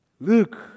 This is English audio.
Look